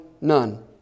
none